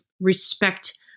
respect